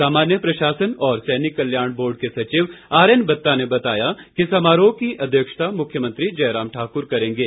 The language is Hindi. सामान्य प्रशासन और सैनिक कल्याण बोर्ड के सचिव आरएन बत्ता ने बताया कि समारोह की अध्यक्षता मुख्यमंत्री जयराम ठाकर करेंगे